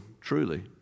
truly